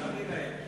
תראי להם.